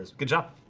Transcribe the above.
good job?